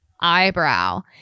eyebrow